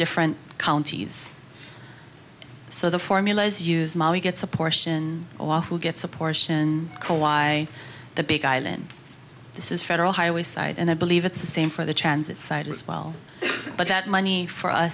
different counties so the formulas use money gets a portion off who gets a portion collide the big island this is federal highway site and i believe it's the same for the transit site as well but that money for us